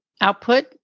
Output